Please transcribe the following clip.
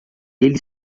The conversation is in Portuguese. eles